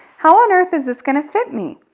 how on earth is this gonna fit me?